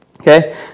okay